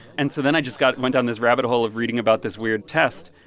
and so then i just got went down this rabbit hole of reading about this weird test.